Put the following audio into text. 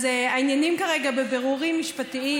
אז העניינים כרגע בבירורים משפטיים,